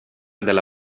della